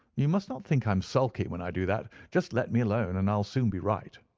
you must not think i am sulky when i do that. just let me alone, and i'll soon be right.